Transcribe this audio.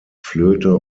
flöte